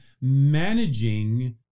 managing